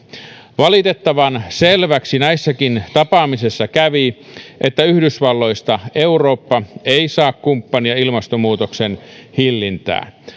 valitettavan selväksi näissäkin tapaamisissa kävi että yhdysvalloista eurooppa ei saa kumppania ilmastonmuutoksen hillintään